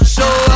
Show